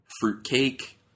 fruitcake